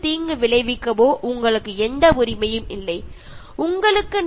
ഈ അധികാരം നിങ്ങൾ സ്വയം ഏറ്റെടുക്കുന്നതാണ്